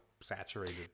saturated